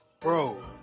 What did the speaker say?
Bro